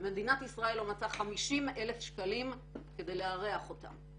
ומדינת ישראל לא מצאה 50,000 שקלים כדי לארח אותם.